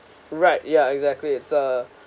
right yeah exactly it's a